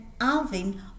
Alvin